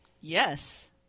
Yes